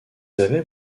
avaient